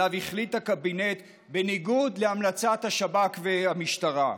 שעליו החליט הקבינט בניגוד להמלצת השב"כ והמשטרה,